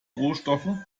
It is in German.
rohstoffe